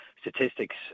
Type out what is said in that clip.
statistics